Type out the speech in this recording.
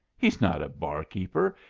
he's not a barkeeper,